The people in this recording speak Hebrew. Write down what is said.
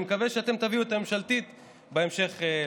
אני מקווה שאתם תביאו את הממשלתית בהמשך לשלי.